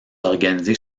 organisés